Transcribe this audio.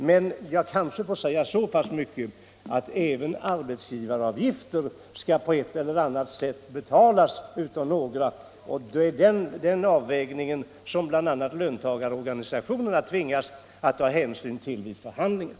Men jag kanske får säga att även arbetsgivaravgifter skall på ett eller annat sätt betalas. Det är den avvägningen som bl.a. löntagarorganisationerna tvingas ta hänsyn till vid löneförhandlingarna.